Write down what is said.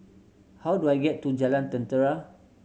how do I get to Jalan Jentera